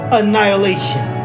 annihilation